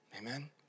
Amen